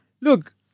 Look